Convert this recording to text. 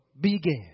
began